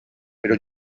pero